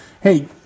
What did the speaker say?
Hey